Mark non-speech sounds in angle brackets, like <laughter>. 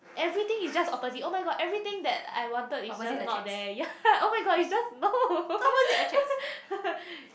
everything is just opposite oh-my-god everything that I wanted is just not there ya oh-my-god it's just no <laughs>